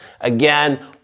Again